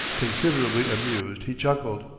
considerably amused, he chuckled.